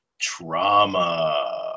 trauma